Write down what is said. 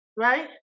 Right